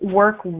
work